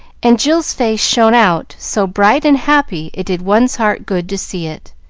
and jill's face shone out so bright and happy it did one's heart good to see it.